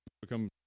become